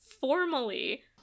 formally